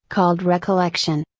called recollection.